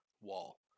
wall